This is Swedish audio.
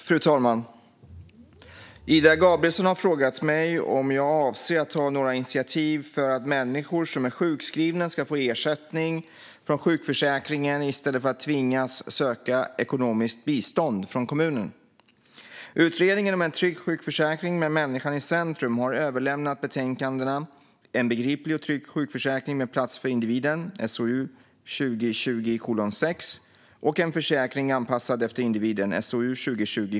Fru talman! Ida Gabrielsson har frågat mig om jag avser att ta några initiativ för att människor som är sjukskrivna ska få ersättning från sjukförsäkringen i stället för att tvingas söka ekonomiskt bistånd från kommunen. Utredningen om en trygg sjukförsäkring med människan i centrum har överlämnat betänkandena En begriplig och trygg sjukförsäkring med plats för individen och En sjukförsäkring anpassad efter individen .